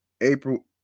April